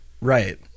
Right